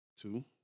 Two